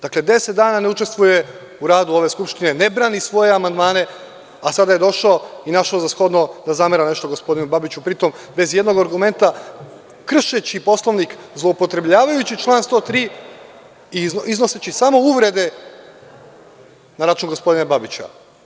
Dakle, deset dana ne učestvuje u radu ove Skupštine, ne brani svoje amandmane, a sada je došao i našao za shodno da zamera nešto gospodinu Babiću pri tom bez ijednog argumenta kršeći Poslovnik, zloupotrebljavajući član 103. i iznoseći samo uvrede na račun gospodina Babića.